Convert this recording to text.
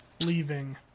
Leaving